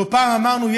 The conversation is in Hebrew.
לא פעם אמרנו,